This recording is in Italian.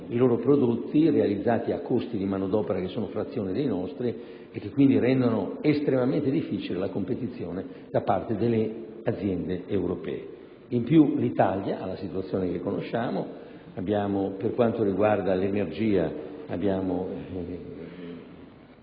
i loro prodotti realizzati a costi di manodopera che sono frazione dei nostri, e che quindi rendono estremamente difficile la competizione da parte delle aziende europee. Inoltre, in Italia la situazione è quella che conosciamo. Per quanto riguarda l'energia, il